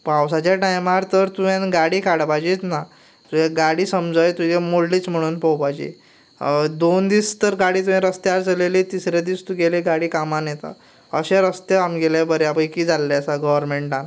पावसाच्या टायमार तर तुवें गाडी काडपाचीच ना गाडी समजय तुजी मोडलीच म्हणीन पळोवपाची दोन दीस गाडी जर तुवें रस्त्यार चलयली तिसरे दीस तुजे कामार येता अशें रस्ते आमगेले बऱ्या पैकी जाल्ले आसात गोवर्नमेंटान